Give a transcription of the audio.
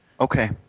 Okay